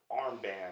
armband